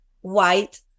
white